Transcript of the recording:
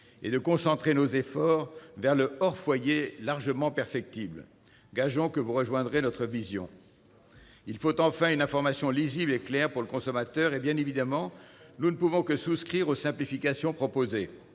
et de concentrer nos efforts vers le hors foyer largement perfectible. Gageons que vous partagerez notre vision ! Il faut enfin une information lisible et claire pour le consommateur, et, bien évidemment, nous ne pouvons que souscrire aux simplifications proposées.